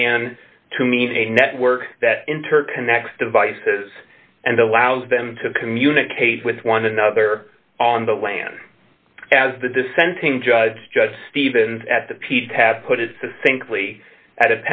plan to mean a network that interconnect devices and allows them to communicate with one another on the lan as the dissenting judge judge stevens at the